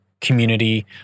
community